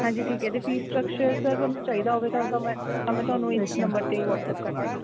ਹਾਂਜੀ ਠੀਕ ਹੈ ਜੇ ਫ਼ੀਸ ਸਟਕਚਰ ਸਰ ਤੁਹਾਨੂੰ ਚਾਹੀਦਾ ਹੋਵੇ ਤਾਂ ਤਾਂ ਮੈਂ ਤਾਂ ਮੈਂ ਤੁਹਾਨੂੰ ਇਸ ਨੰਬਰ 'ਤੇ ਵੱਟਸਅੱਪ ਕਰ ਦਾਂਗੀ